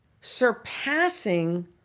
surpassing